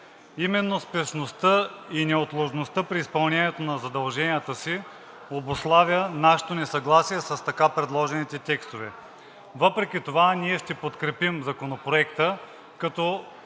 Именно спешността и неотложността при изпълнението на задълженията им обуславя нашето несъгласие с така предложените текстове. Въпреки това ние ще подкрепим Законопроекта, като